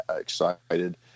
excited